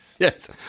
Yes